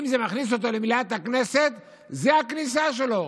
אם זה מכניס אותו למליאת הכנסת, זו הכניסה שלו.